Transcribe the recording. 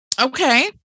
Okay